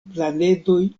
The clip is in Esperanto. planedoj